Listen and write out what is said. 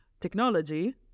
technology